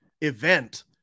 event